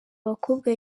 abakobwa